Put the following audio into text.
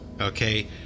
okay